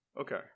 okay